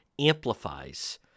amplifies